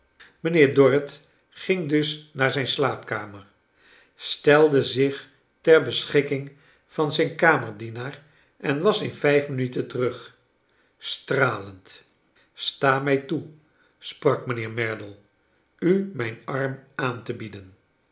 mijnheer dorrit ging dus naar zijn slaapkamer stelde zich ter beschikking van zijn kamerdienaar en was in vijf minuten terug stralend sta mrj too sprak mijnheer merdle u mijn arm aan te bieden